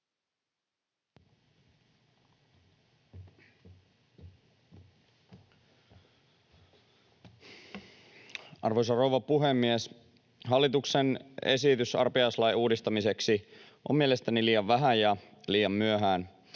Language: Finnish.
Arvoisa rouva puhemies! Hallituksen esitys arpajaislain uudistamiseksi on mielestäni liian vähän ja liian myöhään.